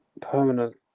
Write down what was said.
permanent